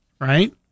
right